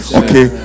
okay